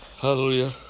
Hallelujah